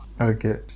Okay